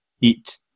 eat